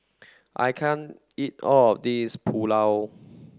I can't eat all of this Pulao